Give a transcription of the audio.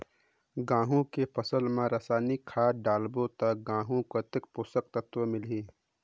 गंहू के फसल मा रसायनिक खाद डालबो ता गंहू कतेक पोषक तत्व मिलही?